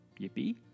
Yippee